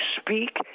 speak